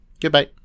Goodbye